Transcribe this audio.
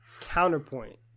Counterpoint